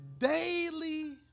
Daily